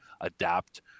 adapt